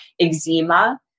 eczema